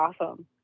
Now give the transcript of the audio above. awesome